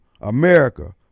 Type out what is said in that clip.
America